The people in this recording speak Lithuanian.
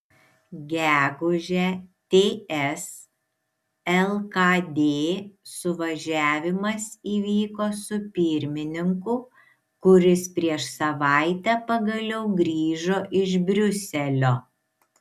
gegužę ts lkd suvažiavimas įvyko su pirmininku kuris prieš savaitę pagaliau grįžo iš briuselio